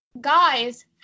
guys